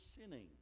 sinning